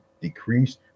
decrease